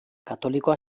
katolikoa